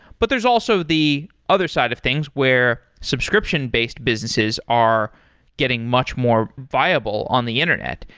but there's also the other side of things where subscription-based businesses are getting much more viable on the internet.